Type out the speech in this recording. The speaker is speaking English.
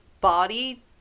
body